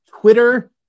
twitter